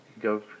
go